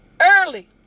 early